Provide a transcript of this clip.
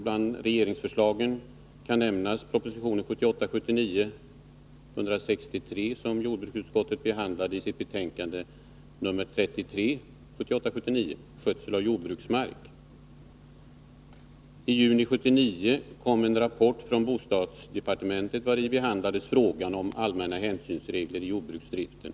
Bland regeringsförslagen kan nämnas proposition 1978 79:33 om skötsel av jordbruksmark. I juni 1979 kom en rapport från bostadsdepartementet, vari behandlades frågan om allmänna hänsynsregler i jordbruksdriften.